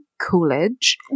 Coolidge